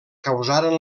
causaren